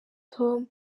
tom